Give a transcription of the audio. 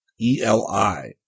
ELI